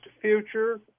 future